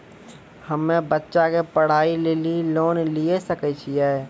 हम्मे बच्चा के पढ़ाई लेली लोन लिये सकय छियै?